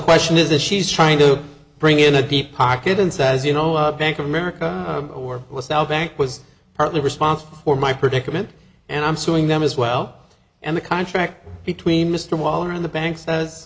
question is if she's trying to bring in a deep pocket and says you know of bank of america or the south bank was partly responsible for my predicament and i'm suing them as well and the contract between mr waller in the bank s